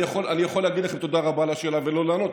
אני יכול להגיד לכם תודה רבה על השאלה ולא לענות,